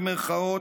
במירכאות,